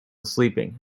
sleeping